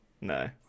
No